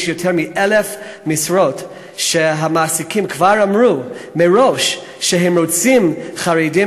יש שם יותר מ-1,000 משרות שהמעסיקים כבר אמרו מראש שהם רוצים חרדים,